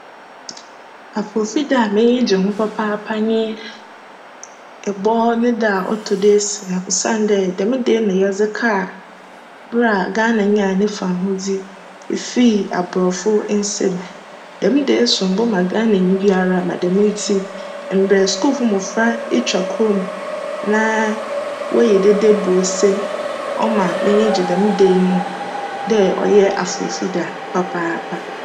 Afoofi da a m'enyi gye ho papaapa nye Ebcw ne da ctc do esia osiandj djm da yi na yjdze kaa ber a Ghana nyaa ne fahodzi fii Aborcfo nsa mu. Djm da yi som bo ma Ghananyi biara ma djm ntsi mbrj skuulfo mbofra twa kurow mu na wcyj dede bc ose, cma m'enyi gye djm da yi ho dj cyj afoofi da papaapa.